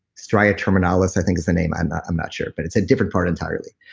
stria terminalis i think is the name. i'm not i'm not sure, but it's a different part entirely.